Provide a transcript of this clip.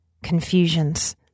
confusions